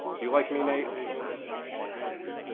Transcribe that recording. do you like me, nate? so original, gay trader.